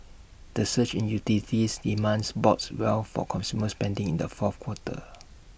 the surge in utilities demands bodes well for consumer spending in the fourth quarter